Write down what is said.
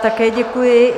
Také děkuji.